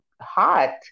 hot